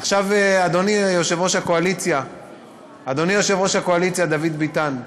אדוני יושב-ראש הקואליציה דוד ביטן,